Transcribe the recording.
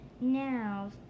Now